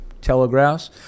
telegraphs